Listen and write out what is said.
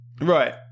Right